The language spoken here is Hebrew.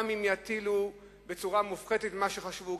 גם אם יטילו בצורה מופחתת ממה שחשבו,